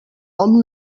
hom